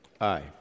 Aye